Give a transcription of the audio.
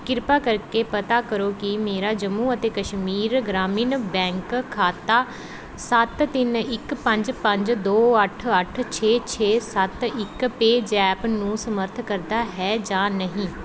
ਕ੍ਰਿਪਾ ਕਰਕੇ ਪਤਾ ਕਰੋ ਕਿ ਮੇਰਾ ਜੰਮੂ ਅਤੇ ਕਸ਼ਮੀਰ ਗ੍ਰਾਮੀਣ ਬੈਂਕ ਖਾਤਾ ਸੱਤ ਤਿੰਨ ਇੱਕ ਪੰਜ ਪੰਜ ਦੋ ਅੱਠ ਅੱਠ ਛੇ ਛੇ ਸੱਤ ਇੱਕ ਪੇਜ਼ੈਪ ਨੂੰ ਸਮਰੱਥ ਕਰਦਾ ਹੈ ਜਾਂ ਨਹੀਂ